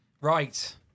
Right